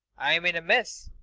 i'm in a mess.